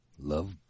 Love